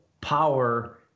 power